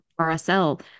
RSL